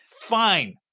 Fine